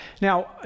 now